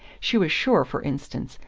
she was sure, for instance,